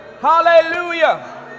hallelujah